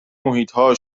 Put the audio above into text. محیطها